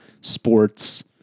sports